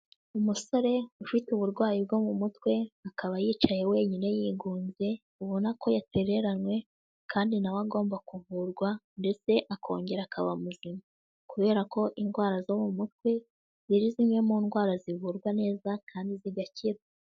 Umusore ufite uburwayi bwo mu mutwe akaba yicaye wenyine yigunze, ubona ko yatereranywe kandi na we agomba kuvurwa ndetse akongera akaba muzima. Kubera ko indwara zo mu mutwe ziri zimwe mu ndwara zivurwa neza kandi zigakira.